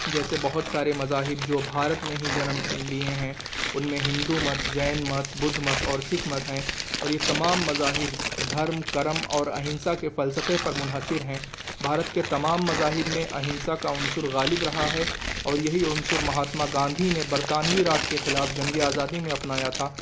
جیسے بہت سارے مذاہب جو بھارت میں ہی جنم لیے ہیں ان میں ہندو مت جین مت بدھ مت اور سکھ مت ہیں اور یہ تمام مذاہب دھرم کرم اور اہنسا کے فلسفے پر منحصر ہیں بھارت کے تمام مذاہب میں اہنسا کا عنصر غالب رہا ہے اور یہی عنصر مہاتما گاندھی نے برطانوی راج کے خلاف جنگ آزادی میں اپنایا تھا